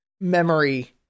memory